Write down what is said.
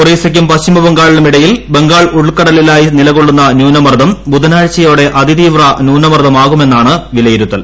ഒറീസയ്ക്കും പശ്ചിമബംഗാളിനും ഇടയിൽ ബംഗാൾ ഉൾക്കടലിലായി നിലകൊള്ളുന്ന ന്യൂനമർദ്ദം ബുധനാഴ്ചയോടെ അതിതീവ് ഏറ്റുനമർദ്ദമാകുമെന്നാണ് വിലയിരുത്തൽ